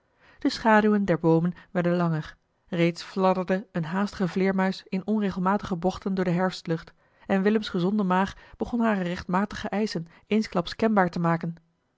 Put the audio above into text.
de schaduwen der boomen werden langer reeds fladderde een haastige vleermuis in onregelmatige bochten door de herfstlucht en willems gezonde maag begon hare rechtmatige eischen eensklaps kenbaar te maken